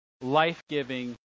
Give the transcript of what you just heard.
life-giving